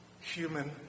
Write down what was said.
human